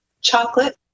chocolate